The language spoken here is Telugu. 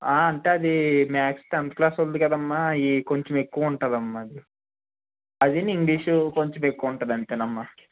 అంటే అది మ్యాక్స్ టెన్త్ క్లాస్ కదమ్మ అవి కొంచెం ఎక్కువ ఉంటుందమ్మ అది అదీనూ ఇంగ్లీష్ కొంచెం ఎక్కువ ఉంటుంది అంతేను అమ్మా